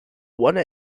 one